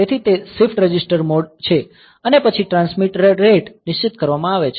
તેથી તે shift register mode છે અને પછી ટ્રાન્સમીટર રેટ નિશ્ચિત કરવામાં આવે છે